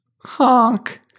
Honk